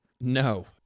no